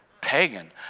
pagan